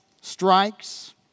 strikes